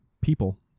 People